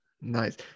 Nice